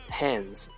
hands